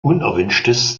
unerwünschtes